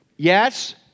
Yes